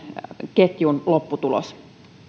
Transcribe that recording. ketjun lopputulos